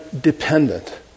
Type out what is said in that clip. dependent